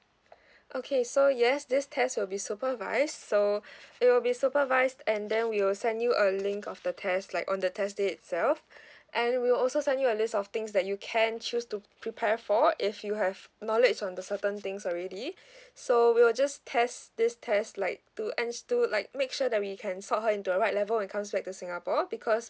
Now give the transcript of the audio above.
okay so yes this test will be supervised so it will be supervised and then we will send you a link of the test like on the test day itself and we'll also send you a list of things that you can choose to prepare for if you have knowledge on the certain things already so we'll just test this test like to ends to like make sure that we can slot her into a right level when comes back to singapore because